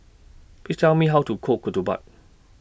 Please Tell Me How to Cook Ketupat